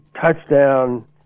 touchdown